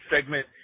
segment